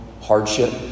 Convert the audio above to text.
hardship